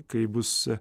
kaip bus